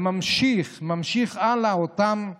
הם ממשיכים, ממשיכים הלאה, עם אותם קשיים,